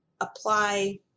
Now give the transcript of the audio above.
apply